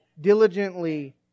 Diligently